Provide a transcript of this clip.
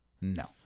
No